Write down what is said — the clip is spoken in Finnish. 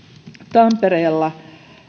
tampereella